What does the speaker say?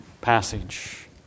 passage